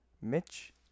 Mitch